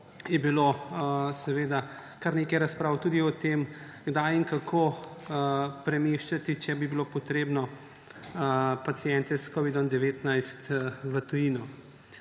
je bilo kar nekaj razprav tudi o tem, kdaj in kako premeščati, če bi bilo potrebno, paciente s covidom-19 v tujino.